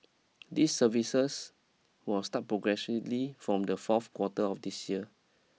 these services will start progressively from the fourth quarter of this year